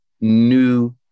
new